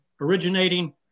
originating